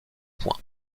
poing